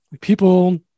people